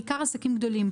בעיקר עסקים גדולים.